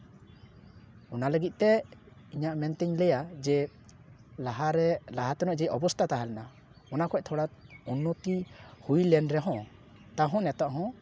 ᱚᱱᱟ ᱞᱟᱹᱜᱤᱫ ᱛᱮ ᱤᱧᱟᱹᱜ ᱢᱮᱱᱛᱮᱧ ᱞᱟᱹᱭᱟ ᱡᱮ ᱞᱟᱦᱟ ᱨᱮ ᱞᱟᱦᱟ ᱛᱮᱱᱟᱜ ᱡᱮᱞᱮᱠᱟ ᱚᱵᱚᱥᱛᱟ ᱛᱟᱦᱮᱞᱮᱱᱟ ᱚᱱᱟ ᱠᱷᱚᱡ ᱛᱷᱚᱲᱟ ᱩᱱᱱᱚᱛᱤ ᱦᱩᱭ ᱞᱮᱱ ᱨᱮᱦᱚᱸ ᱛᱟᱦᱩᱸ ᱱᱤᱛᱚᱜ ᱦᱚᱸ